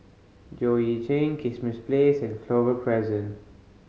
Joo Yee Kismis Place and Clover Crescent